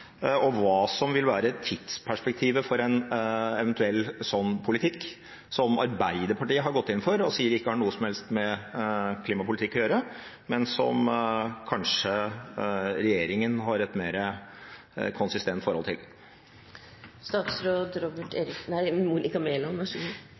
og hva som vil være tidsperspektivet for en eventuell slik politikk – som Arbeiderpartiet har gått inn for og sier ikke har noe som helst med klimapolitikk å gjøre, men som kanskje regjeringen har et mer konsistent forhold til.